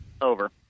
Over